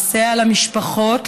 לסייע למשפחות,